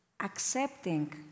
accepting